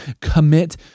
commit